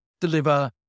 deliver